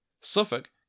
Suffolk